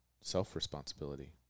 Self-responsibility